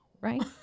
right